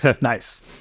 Nice